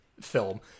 film